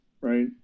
right